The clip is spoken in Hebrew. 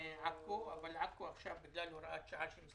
זה שיש לה עיר שכנה שמושכת אליה יותר אנשים בגלל הטבת המס.